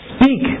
speak